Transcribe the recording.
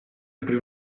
aprì